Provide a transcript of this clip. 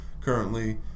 Currently